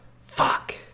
Fuck